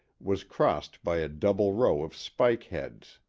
was crossed by a double row of spike-heads.